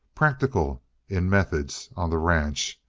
practical in methods on the ranch,